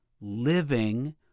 living